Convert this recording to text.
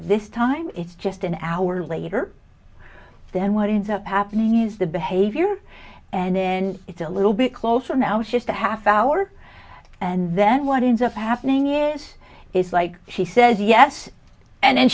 this time it's just an hour later then what ends up happening is the behavior and then it's a little bit closer now just a half hour and then what it is of happening is it's like she says yes and then